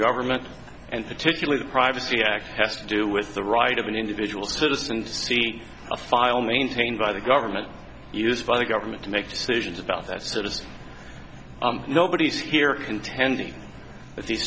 government and particularly the privacy act has to do with the right of an individual citizen to see a file maintained by the government used by the government to make decisions about that sort of nobody's here contending that these